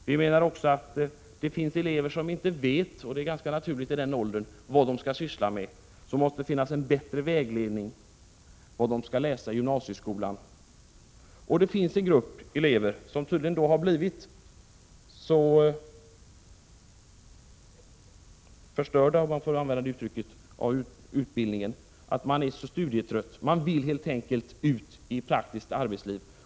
Vi menar också att det finns elever som inte vet, vilket är ganska naturligt i deras ålder, vad de skall syssla med. Det måste därför finnas en bättre vägledning för att de skall få reda på vad de skall läsa i gymnasieskolan. Det finns också en grupp av elever som tydligen har blivit så förstörda, om man får använda det uttrycket, av utbildningen att de är studietrötta och vill ut i praktiskt arbetsliv.